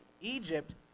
Egypt